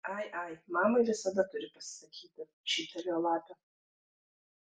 ai ai mamai visada turi pasisakyti šyptelėjo lapė